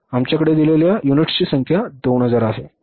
आमच्याकडे दिलेल्या युनिट्सची संख्या 2 हजार आहे